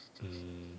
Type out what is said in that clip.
mm